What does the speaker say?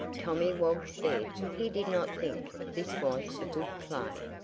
tommy woggs said he did not think this was a good play.